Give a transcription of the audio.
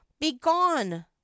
Begone